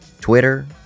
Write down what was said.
twitter